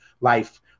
life